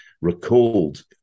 recalled